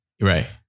Right